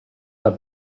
have